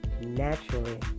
naturally